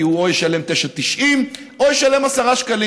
כי הוא ישלם או 9.90 או עשרה שקלים.